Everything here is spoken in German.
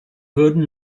würden